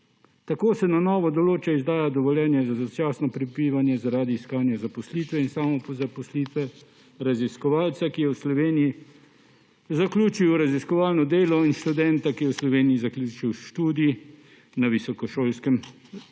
Tako se na novo določa izdaja dovoljenja za začasno prebivanje zaradi iskanja zaposlitve in samozaposlitve raziskovalca, ki je v Sloveniji zaključil raziskovalno delo, in študenta, ki je v Sloveniji zaključil študij na visokošolskem zavodu.